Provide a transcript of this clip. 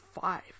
five